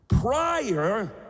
prior